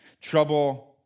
Trouble